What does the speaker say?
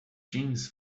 jeans